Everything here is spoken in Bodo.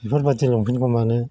बेफोरबायदि लंफेनखौ मानो